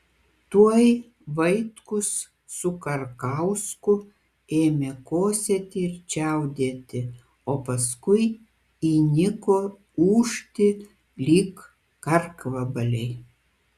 tuoj vaitkus su karkausku ėmė kosėti ir čiaudėti o paskui įniko ūžti lyg karkvabaliai